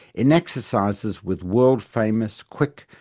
in exercises with world-famous, quick,